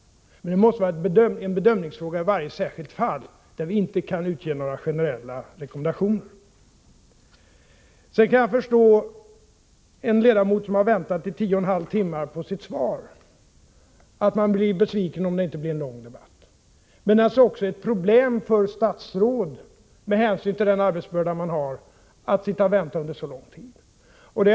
Det måste bli en bedömning i varje särskilt fall. Man kan inte utge några generella rekommendationer. Jag kan förstå att en ledamot som har väntat i 10,5 timmar på sitt svar blir besviken om det inte blir en lång debatt. Men det är också ett problem för statsråd, med hänsyn till den arbetsbörda man har, att sitta och vänta under så lång tid. Herr talman!